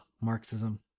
marxism